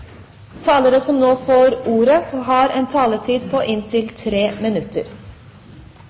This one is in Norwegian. talere som heretter får ordet, har en taletid på inntil 3 minutter.